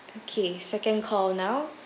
okay second call now